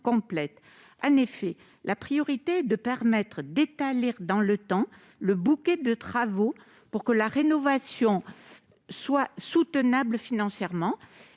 En effet, la priorité est de permettre l'étalement dans le temps du bouquet de travaux pour que la rénovation soit soutenable financièrement.